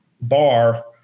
bar